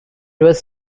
was